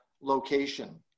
location